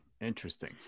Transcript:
Interesting